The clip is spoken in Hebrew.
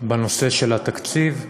בנושא התקציב,